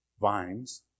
vines